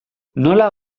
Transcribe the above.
nola